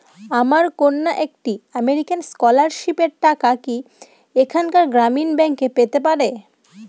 আমার কন্যা একটি আমেরিকান স্কলারশিপের টাকা কি এখানকার গ্রামীণ ব্যাংকে পেতে পারে?